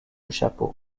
chapeau